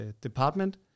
department